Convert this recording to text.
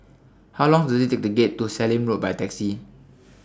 How Long Does IT Take to get to Sallim Road By Taxi